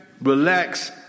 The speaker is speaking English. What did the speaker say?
relax